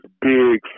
big